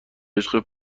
عشق